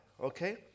Okay